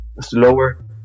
slower